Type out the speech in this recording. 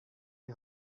die